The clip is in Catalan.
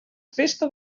festa